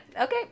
okay